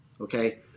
okay